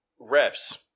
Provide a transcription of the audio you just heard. refs